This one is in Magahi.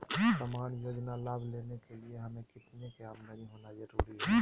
सामान्य योजना लाभ लेने के लिए हमें कितना के आमदनी होना जरूरी है?